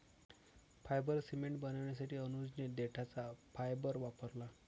fibre cement बनवण्यासाठी अनुजने देठाचा फायबर वापरला